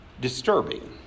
disturbing